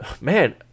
man